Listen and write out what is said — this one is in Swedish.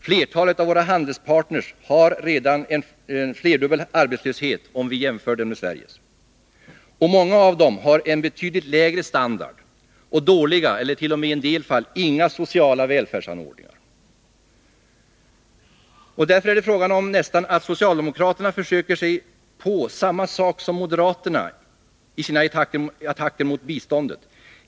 Flertalet av våra handelspartner har redan en flerdubbel arbetslöshet jämförd med Sveriges. Och många av dem har en betydligt lägre standard och dåliga eller i en del fall t.o.m. inga sociala välfärdsanordningar. Därför är det nästan fråga om att socialdemokraterna försöker sig på samma sak som moderaterna i sina attacker mot biståndet.